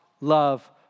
love